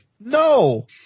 no